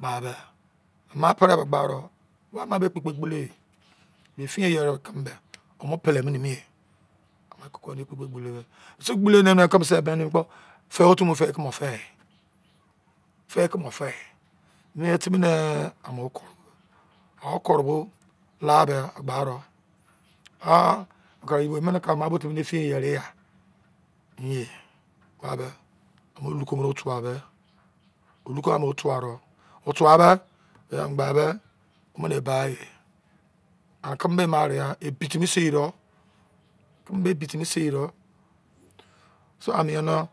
Ba be ama pere be gba ro ama be kpe-kpe gbele ye ba ifiyen yere keme ba umu pele ne mi ye ane koko kpe-kpe gbele were mise gbele de me keme se bene kpo fe otu mo fe a fe ko fe a mein timi nee amo koro bo o-okoro bo la de gba ro ah emene ke ama ba bo timi infiyen yere ya inye gba be o mo oru kobo tuwa me olo ka amu tuwa do otuwa be egemgbe be mene bae ane keme me area ebi timi sei do so ani no ah